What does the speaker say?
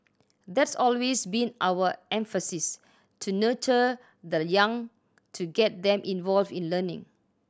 that's always been our emphasis to nurture the young to get them involved in learning